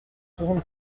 soixante